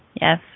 Yes